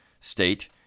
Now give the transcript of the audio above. state